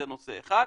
זה נושא אחד.